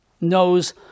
knows